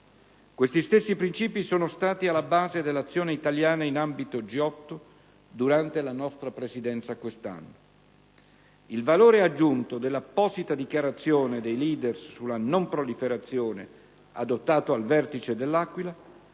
Questi stessi principi sono stati alla base dell'azione italiana in ambito G8, durante la nostra Presidenza quest'anno. Il valore aggiunto dell'apposita «Dichiarazione dei Leaders sulla non proliferazione», adottata al Vertice dell'Aquila,